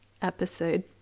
episode